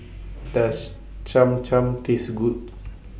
Does Cham Cham Taste Good